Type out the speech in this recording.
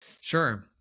Sure